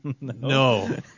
No